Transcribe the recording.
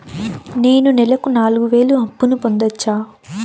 నేను నెలకు నాలుగు వేలు అప్పును పొందొచ్చా?